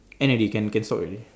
end already can can stop already